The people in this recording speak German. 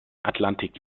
atlantik